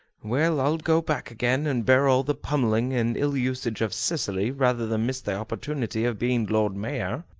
well, i'll go back again, and bear all the pummelling and ill-usage of cicely rather than miss the opportunity of being lord mayor!